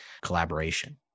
collaboration